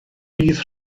bydd